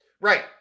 right